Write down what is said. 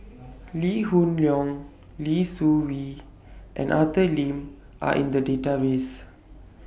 Lee Hoon Leong Lee Seng Wee and Arthur Lim Are in The Database